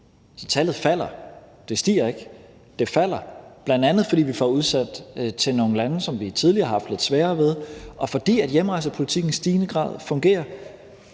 så tallet falder; det stiger ikke. Det falder, bl.a. fordi vi får udsendt til nogle lande, som vi tidligere har haft lidt sværere ved, og fordi hjemrejsepolitikken i stigende grad fungerer,